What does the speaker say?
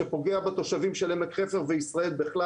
שפוגע בתושבים של עמק חפר וישראל בכלל.